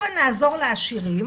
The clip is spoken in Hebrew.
הבה נעזור לעשירים